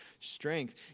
strength